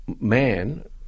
man